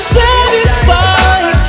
satisfied